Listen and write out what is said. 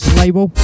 label